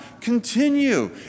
continue